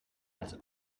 als